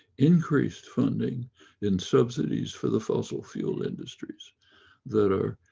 increased funding in subsidies for the fossil fuel industries that are